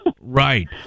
Right